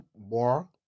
more